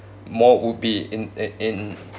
more would be in uh in